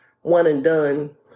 one-and-done